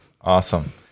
Awesome